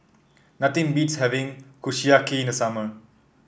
nothing beats having Kushiyaki in the summer